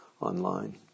online